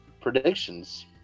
predictions